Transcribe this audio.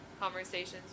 conversations